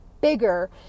bigger